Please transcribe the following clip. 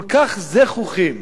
כל כך זחוחים,